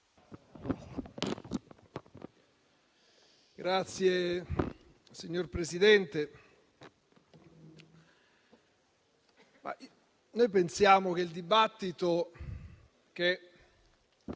Signor Presidente, noi pensiamo che il dibattito che